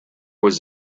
was